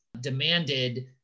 demanded